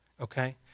okay